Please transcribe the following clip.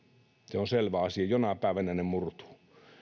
se on selvä asia jonain päivänä ne murtuvat